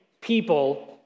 people